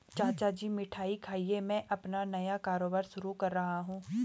चाचा जी मिठाई खाइए मैं अपना नया कारोबार शुरू कर रहा हूं